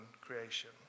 creation